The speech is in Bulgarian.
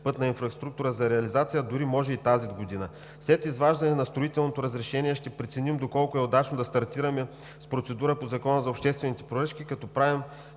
„Пътна инфраструктура“ за реализация, а дори може да е тази година. След изваждане на строителното разрешение ще преценим доколко е удачно да стартираме с процедурата по Закона за обществените поръчки, както правим